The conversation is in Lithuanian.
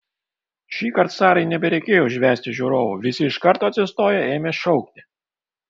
šįkart sarai nebereikėjo užvesti žiūrovų visi iš karto atsistoję ėmė šaukti